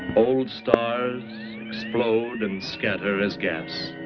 old stars explode and scatter as gas,